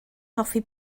hoffi